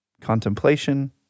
contemplation